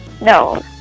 No